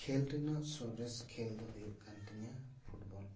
ᱠᱷᱮᱞ ᱨᱮᱱᱟᱜ ᱥᱚᱨᱮᱥ ᱠᱷᱮᱞ ᱫᱚ ᱦᱩᱭᱩᱜ ᱠᱟᱱ ᱛᱤᱧᱟᱹ ᱯᱷᱩᱴᱵᱚᱞ